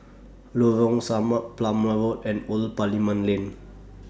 Lorong Samak Plumer Road and Old Parliament Lane